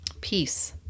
peace